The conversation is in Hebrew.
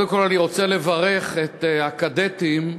רבותי, אין מתנגדים,